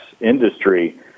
industry